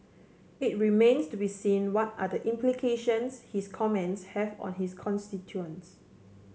it remains to be seen what are the implications his comments have on his constituents